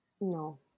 No